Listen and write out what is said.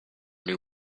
new